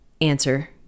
answer